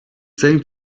same